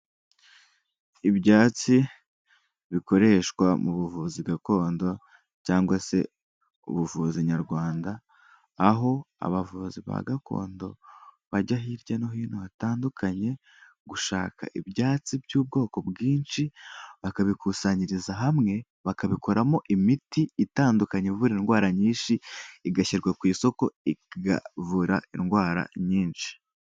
Ibyatsi bikoreshwa mu buvuzi gakondo cyangwa se ubuvuzi nyarwanda aho abavuzi ba gakondo bajya hirya no hino hatandukanye, gushaka ibyatsi by'ubwoko bwinshi, bakabikusanyiriza hamwe, bakabikoramo imiti itandukanye, ivura indwara nyinshi, igashyirwa ku isoko ikavura indwara nyinshi.